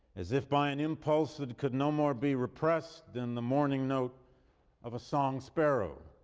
as if by an impulse that could no more be repressed than the morning note of a song sparrow.